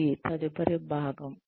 అది తదుపరి భాగం